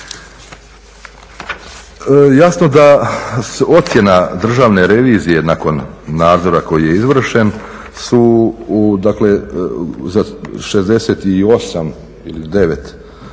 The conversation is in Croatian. Jasno da ocjena državne revizije nakon nadzora koji je izvršen su dakle za 68 ili 69